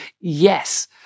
Yes